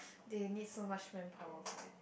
they need so much manpower for it